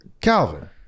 Calvin